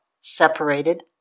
separated